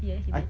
ya he paid